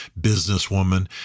businesswoman